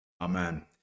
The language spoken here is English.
Amen